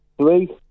three